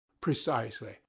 precisely